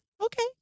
Okay